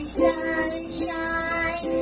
sunshine